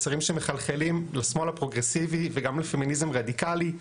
מסרים שמחלחלים לשמאל הפרוגרסיבי וגם לפמיניזם רדיקלי,